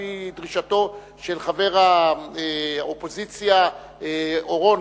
לפי דרישתו של חבר האופוזיציה אורון,